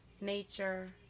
Nature